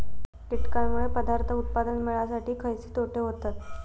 कीटकांनमुळे पदार्थ उत्पादन मिळासाठी खयचे तोटे होतत?